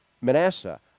Manasseh